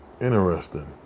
interesting